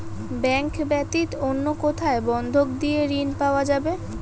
Bank ব্যাতীত অন্য কোথায় বন্ধক দিয়ে ঋন পাওয়া যাবে?